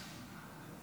מיקי לוי,